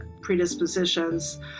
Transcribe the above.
predispositions